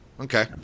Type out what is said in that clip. Okay